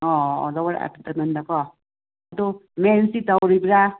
ꯑꯥ lower abdomen ꯀꯣ ꯑꯗꯣ ꯃꯦꯟꯁꯇꯤ ꯇꯧꯔꯤꯕ꯭ꯔꯥ